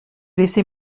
laissé